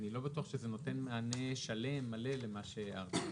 אני לא בטוח שזה נותן מענה שלם ומלא למה שהערתי.